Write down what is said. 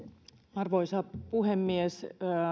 arvoisa puhemies